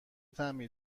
طعمی